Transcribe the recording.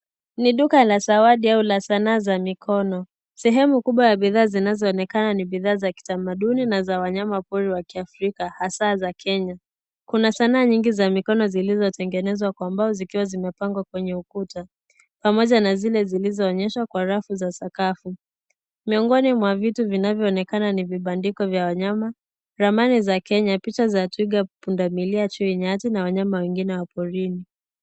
Ni Duka la zawadi au zanaa za mikono. Sehemu kubwa ya bidhaa zinazoonekana ni bidhaa za kitamaduni na za wanyamapori wa Kiafrika hasa za Kenya. Kuna zanaa nyingi za mikono zilizotengenezwa kwa mbao zikiwa zimepangwa kwenye ukuta. Pamoja na zile zilizoonyeshwa kwa rafu za sakafu. Miongoni mwa vitu vinavyoonekana ni vibandiko vya wanyama, ramani za Kenya, picha za Twiga, Chui, Nyani na wanyama wengine wa porini.